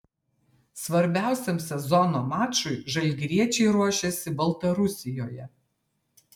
svarbiausiam sezono mačui žalgiriečiai ruošiasi baltarusijoje